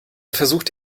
versucht